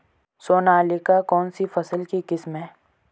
सोनालिका कौनसी फसल की किस्म है?